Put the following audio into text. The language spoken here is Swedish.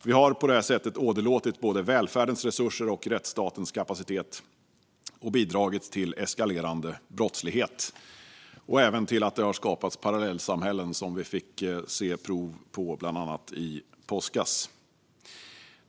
Vi har på detta sätt åderlåtit både välfärdens resurser och rättsstatens kapacitet och bidragit till eskalerande brottslighet. Det har lett till att det har skapats parallellsamhällen, vilket vi fick se prov på bland annat i påskas.